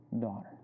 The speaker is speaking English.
daughter